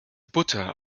butter